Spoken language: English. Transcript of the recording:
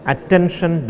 Attention